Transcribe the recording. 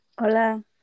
Hola